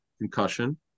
Concussion